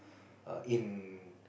err in